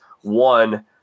one